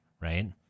right